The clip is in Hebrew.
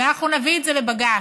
ואנחנו נביא את זה לבג"ץ,